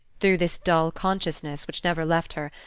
through this dull consciousness, which never left her,